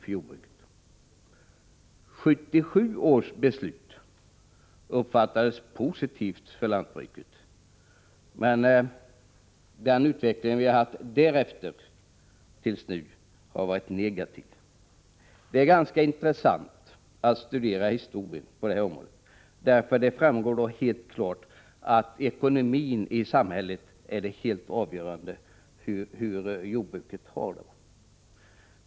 1977 års jordbrukspolitiska beslut uppfattades som ett för jordbruket positivt beslut. Men den utveckling som vi därefter haft har varit negativ. Det är ganska intressant att studera historien på detta område. Det framgår då helt klart att ekonomin i samhället är helt avgörande för hur jordbruket har det.